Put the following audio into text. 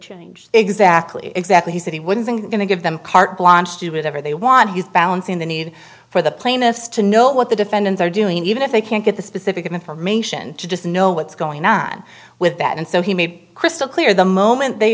the exactly exactly he said he wouldn't think going to give them carte blanche to do it ever they want he's balancing the need for the plaintiffs to know what the defendants are doing even if they can't get the specific information just know what's going on with that and so he made crystal clear the moment they